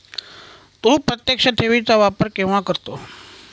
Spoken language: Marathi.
तू प्रत्यक्ष ठेवी चा वापर केव्हा करतो?